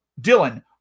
Dylan